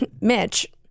Mitch